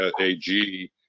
AG